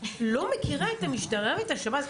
היא לא מכירה את המשטרה והשב"ס?